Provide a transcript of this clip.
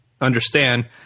understand